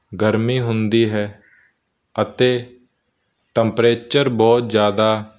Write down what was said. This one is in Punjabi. ਗਰਮੀ ਹੁੰਦੀ ਹੈ ਅਤੇ ਟੈਂਪਰੇਚਰ ਬਹੁਤ ਜ਼ਿਆਦਾ